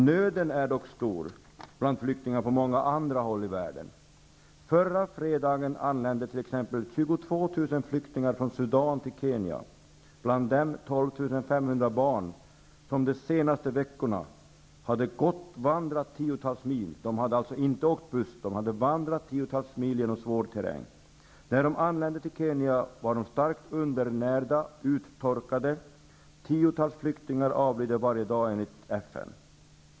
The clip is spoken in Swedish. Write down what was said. Nöden är dock stor bland flyktingar på många andra håll i världen. Förra fredagen anlände t.ex. 22 000 flyktingar från Sudan till Kenya. Bland dem fanns 12 500 barn, som de senaste veckorna icke hade åkt buss, utan vandrat tiotals mil genom svår terräng. När de anlände till Kenya var de starkt undernärda och uttorkade. Enligt FN avlider tiotals flyktingar varje dag.